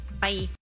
Bye